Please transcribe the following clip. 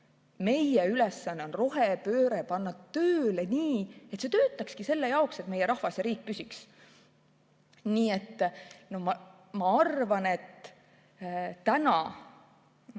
Meie ülesanne on rohepööre panna tööle nii, et see töötakski selle jaoks, et meie rahvas ja riik püsiksid. Nii et ma arvan, et täna